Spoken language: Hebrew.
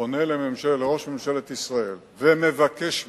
פונה לראש ממשלת ישראל ומבקש ממנו,